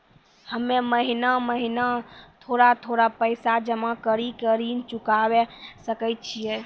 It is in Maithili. हम्मे महीना महीना थोड़ा थोड़ा पैसा जमा कड़ी के ऋण चुकाबै सकय छियै?